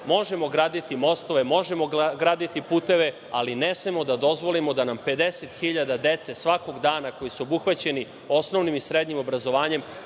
Možemo graditi mostove, možemo graditi puteve, ali ne smemo da dozvolimo da nam 50.000 dece svakog dana, koji su obuhvaćeni osnovnim i srednjim obrazovanjem,